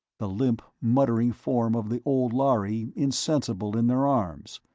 the limp, muttering form of the old lhari insensible in their arms.